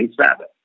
Sabbath